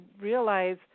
realize